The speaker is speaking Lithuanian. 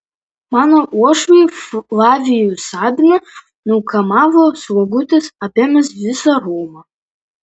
mano uošvį flavijų sabiną nukamavo slogutis apėmęs visą romą